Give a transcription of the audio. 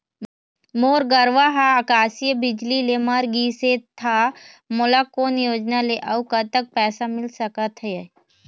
मोर गरवा हा आकसीय बिजली ले मर गिस हे था मोला कोन योजना ले अऊ कतक पैसा मिल सका थे?